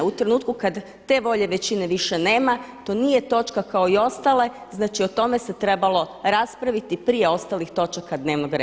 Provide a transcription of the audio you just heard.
U trenutku kada te volje većine više nema, to nije točka kao i ostale znači o tome se trebalo raspraviti prije ostalih točaka dnevnog reda.